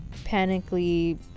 panically